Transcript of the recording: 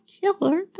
killer